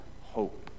hope